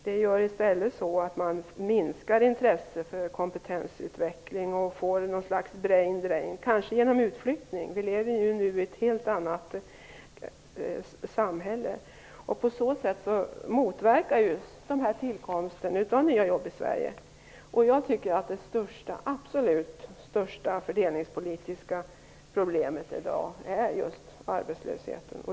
Det gör i stället att man minskar intresset för kompetensutveckling och får ett slags "brain-drain", kanske genom utflyttning - vi lever ju nu i ett helt annat samhälle. På så sätt motverkas tillkomsten av nya jobb i Sverige. Jag tycker att det absolut största fördelningspolitiska problemet i dag är just arbetslösheten.